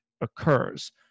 occurs